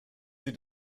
sie